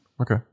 Okay